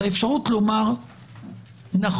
את האפשרות לומר: נכון,